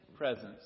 Presence